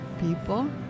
people